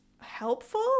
helpful